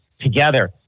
together